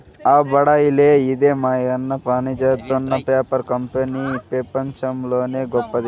ఆ బడాయిలే ఇదే మాయన్న పనిజేత్తున్న పేపర్ కంపెనీ పెపంచంలోనే గొప్పది